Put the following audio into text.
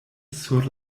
sur